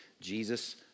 Jesus